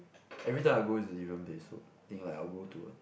every time I go is a different place so think like I will go to a